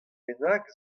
bennak